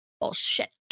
Bullshit